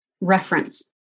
reference